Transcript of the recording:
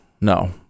No